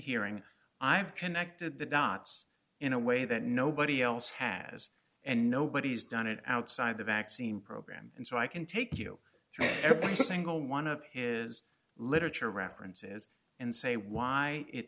hearing i have connected the dots in a way that nobody else has and nobody's done it outside the vaccine program and so i can take you through every single one of his literature references and say why it